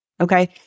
Okay